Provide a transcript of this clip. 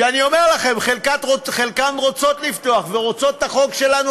שאני אומר לכם: חלקן רוצות לפתוח ורוצות את החוק שלנו,